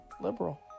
liberal